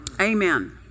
Amen